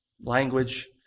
language